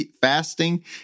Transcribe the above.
fasting